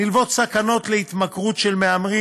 נלוות סכנות להתמכרות של מהמרים